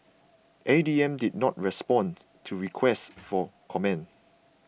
A D M did not respond to requests for comment